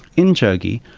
in jogee,